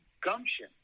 gumption